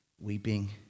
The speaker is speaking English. weeping